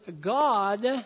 God